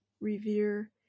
revere